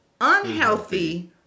unhealthy